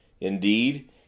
Indeed